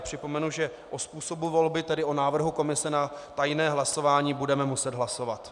Připomenu, že o způsobu volby, tedy o návrhu komise na tajné hlasování, budeme muset hlasovat.